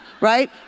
right